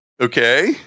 Okay